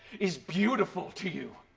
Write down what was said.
is beautiful to you!